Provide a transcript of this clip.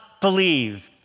believe